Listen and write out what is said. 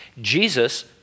Jesus